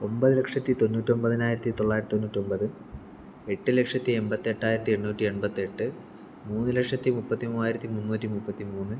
ഒമ്പത് ലക്ഷത്തി തൊണ്ണൂറ്റി ഒമ്പതിനായിരത്തി തൊള്ളായിരത്തി തൊണ്ണൂറ്റി ഒമ്പത് എട്ടു ലക്ഷത്തി എൺപത്തി എട്ടായിരത്തി എണ്ണൂറ്റി എൺപത്തിയെട്ട് മൂന്നുലക്ഷത്തി മുപ്പത്തി മൂവായിരത്തി മുന്നൂറ്റി മുപ്പത്തി മൂന്ന്